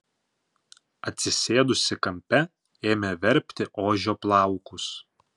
atsisėdusi kampe ėmė verpti ožio plaukus